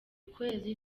kwezi